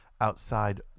outside